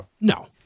No